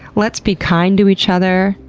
let's be kind to each other,